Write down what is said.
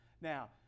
Now